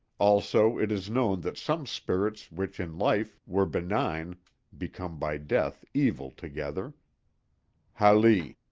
also, it is known that some spirits which in life were benign become by death evil altogether hali.